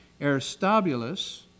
Aristobulus